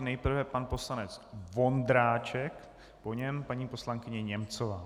Nejprve pan poslanec Vondráček, po něm paní poslankyně Němcová.